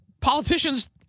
politicians